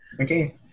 Okay